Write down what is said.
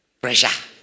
Pressure